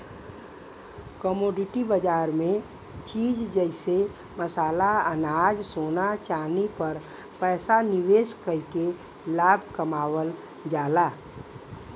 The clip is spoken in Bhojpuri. कमोडिटी बाजार में चीज जइसे मसाला अनाज सोना चांदी पर पैसा निवेश कइके लाभ कमावल जाला